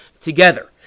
together